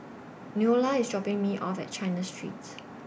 Neola IS dropping Me off At China Street